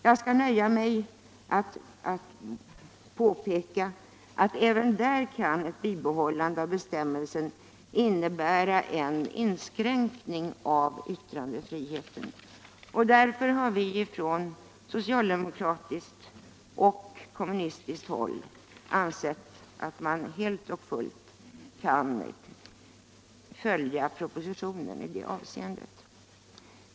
Jag skall nöja mig med att påpeka att även i det avseendet ett bibehållande av bestämmelsen kan innebära en inskränkning av yttrandefriheten. Därför har vi på socialdemokratiskt och kommunistiskt håll ansett, att man helt och fullt kan följa propositionen i det avseendet.